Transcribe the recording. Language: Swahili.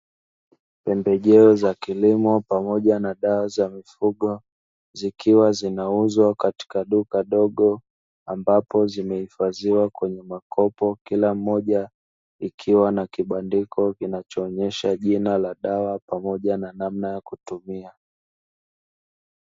Pembejeo za kilimo pamoja na dawa za mifugo zikiwa zinauzwa katika duka dogo, ambapo zimehifadhiwa kwenye makopo kila mmoja ikiwa na kibandiko kinachoonyesha jina la dawa pamoja na namna ya kutumia.